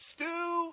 Stew